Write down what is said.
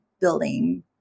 building